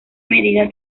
medida